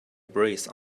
breathe